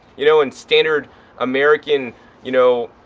you know. and standard american you know,